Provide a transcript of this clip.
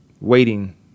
waiting